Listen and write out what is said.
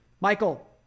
Michael